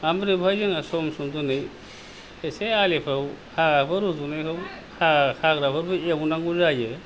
ओमफ्राय बेवहाय जोङो सम सम दिनै एसे आलिखौ हाग्राफोर रज'नायखौ हा हाग्राफोरखौ एवनांगौ जायो